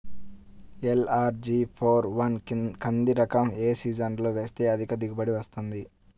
LRG four one కంది రకం ఏ సీజన్లో వేస్తె అధిక దిగుబడి వస్తుంది?